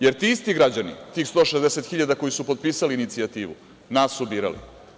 Jer ti isti građani, tih 160.000 koji su potpisali inicijativu nas su birali.